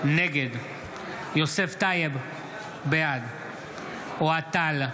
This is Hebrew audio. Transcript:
נגד יוסף טייב, בעד אוהד טל,